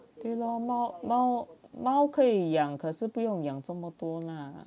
对了猫猫猫可以养可是不用养这么多啦